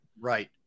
Right